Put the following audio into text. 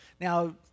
Now